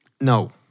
No